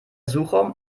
suchraum